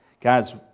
Guys